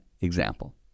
example